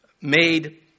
made